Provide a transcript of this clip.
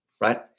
right